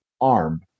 arm